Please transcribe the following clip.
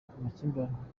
amakimbirane